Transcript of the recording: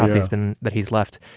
he's been that he's left.